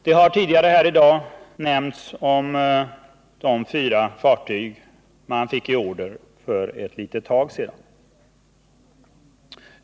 Tidigare i dag har här nämnts de fyra fartyg som beställdes för ett tag sedan.